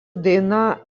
daina